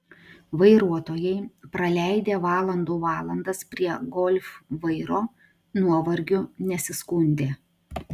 vairuotojai praleidę valandų valandas prie golf vairo nuovargiu nesiskundė